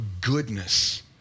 goodness